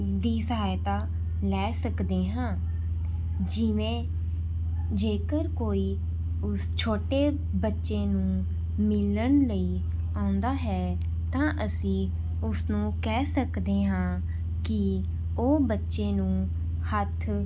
ਦੀ ਸਹਾਇਤਾ ਲੈ ਸਕਦੇ ਹਾਂ ਜਿਵੇਂ ਜੇਕਰ ਕੋਈ ਉਸ ਛੋਟੇ ਬੱਚੇ ਨੂੰ ਮਿਲਣ ਲਈ ਆਉਂਦਾ ਹੈ ਤਾਂ ਅਸੀਂ ਉਸਨੂੰ ਕਹਿ ਸਕਦੇ ਹਾਂ ਕਿ ਉਹ ਬੱਚੇ ਨੂੰ ਹੱਥ